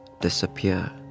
disappear